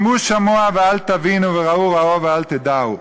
שמעו שמוע ואל תבינו וראו ראו ואל תדעו.